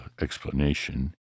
explanation